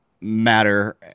matter